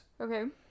Okay